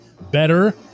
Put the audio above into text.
Better